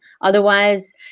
Otherwise